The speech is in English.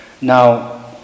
Now